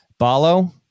Balo